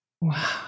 Wow